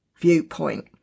viewpoint